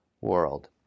world